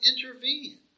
intervene